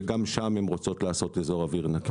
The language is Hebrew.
וגם שם הן רוצות לעשות איזור אוויר נקי.